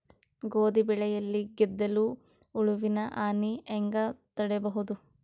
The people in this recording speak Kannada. ಗೋಧಿ ಬೆಳೆಯಲ್ಲಿ ಗೆದ್ದಲು ಹುಳುವಿನ ಹಾನಿ ಹೆಂಗ ತಡೆಬಹುದು?